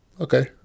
okay